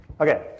Okay